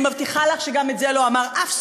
אני מבטיחה לך שגם את זה לא אמר אף שמאלני,